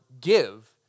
give